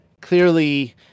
clearly